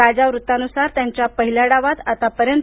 ताज्या वृत्तानुसार त्यांच्या पहिल्या डावात आतापर्यंत